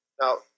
now